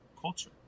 culture